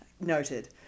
Noted